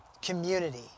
Community